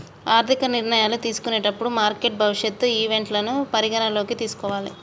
ఆర్థిక నిర్ణయాలు తీసుకునేటప్పుడు మార్కెట్ భవిష్యత్ ఈవెంట్లను పరిగణనలోకి తీసుకోవాలే